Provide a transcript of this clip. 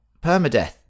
permadeath